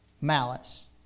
malice